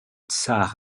tsar